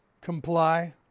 Comply